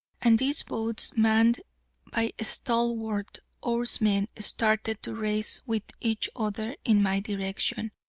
and these boats manned by stalwart oarsmen started to race with each other in my direction.